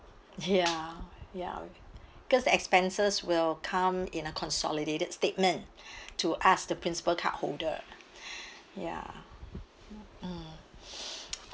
ya ya cause the expenses will come in a consolidated statement to ask the principal card holder ya mm